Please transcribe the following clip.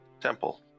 Temple